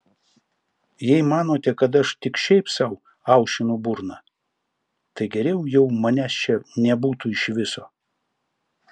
jei manote kad aš tik šiaip sau aušinu burną tai geriau jau manęs čia nebūtų iš viso